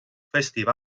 festive